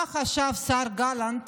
מה חשב השר גלנט